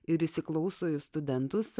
ir įsiklauso į studentus